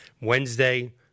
Wednesday